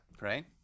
Right